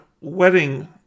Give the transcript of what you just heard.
wedding